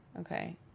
okay